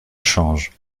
change